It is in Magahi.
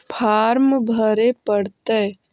फार्म भरे परतय?